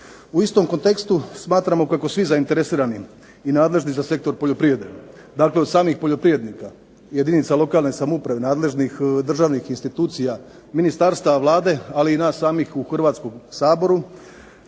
U istom kontekstu smatramo kako svi zainteresirani i nadležni za sektor poljoprivrede, dakle od samih poljoprivrednika, jedinica lokalne samouprave, nadležnih državnih institucija, ministarstva, Vlade, ali i nas samih u Hrvatskom saboru,